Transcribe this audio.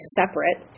separate